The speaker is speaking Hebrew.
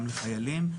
גם לחיילים,